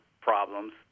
problems